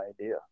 idea